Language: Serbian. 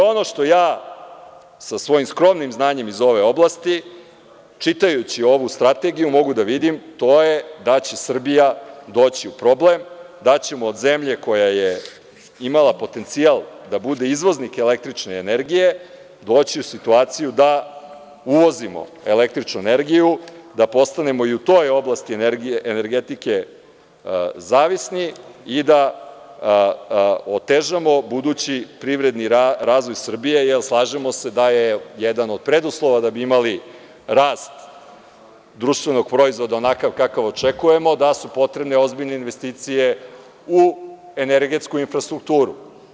Ono što ja sa svojim skromnim znanjem iz ove oblasti, čitajući ovu strategiju mogu da vidim, to je da će Srbija doći u problem, da ćemo od zemlje koja je imala potencijal da bude izvoznik električne energije, doći u situaciju da uvozimo električnu energiju, da postanemo i u toj oblasti energetike zavisni i da otežamo budući privredni razvoj Srbije, jer slažemo se da je jedan od preduslova da bi imali rast društvenog proizvoda onakav kakav očekujemo, da su potrebne ozbiljne investicije u energetsku infrastrukturu.